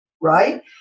Right